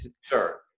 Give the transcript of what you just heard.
Sure